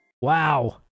Wow